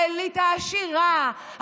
האליטה העשירה,